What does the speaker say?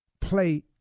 play